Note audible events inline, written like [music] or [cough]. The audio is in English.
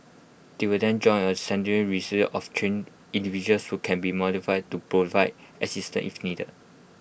they will then join A central [unintelligible] of trained individuals who can be mortified to provide assistant if needed